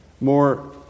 More